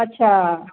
अच्छा